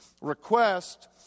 request